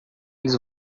eles